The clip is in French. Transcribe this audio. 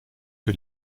que